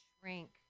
shrink